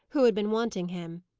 who had been wanting him.